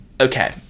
okay